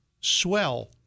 swell